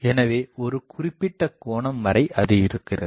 எனவே ஒரு குறிப்பிட்ட கோணம் வரை அது இருக்கிறது